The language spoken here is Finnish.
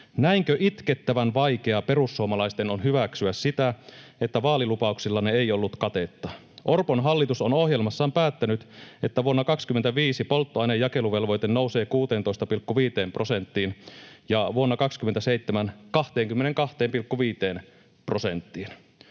Näinkö itkettävän vaikeaa perussuomalaisten on hyväksyä sitä, että vaalilupauksillanne ei ollut katetta? Orpon hallitus on ohjelmassaan päättänyt, että vuonna 25 polttoaineen jakeluvelvoite nousee 16,5 prosenttiin ja 22,5 prosenttiin